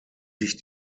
sich